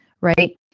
right